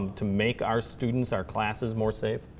to make our students, our classes more safe?